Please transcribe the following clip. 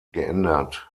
geändert